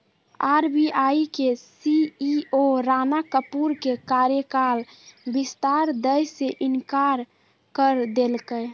RBI के CEO Rana Kapoor के कार्यकाल विस्तार दय से इंकार कर देलकय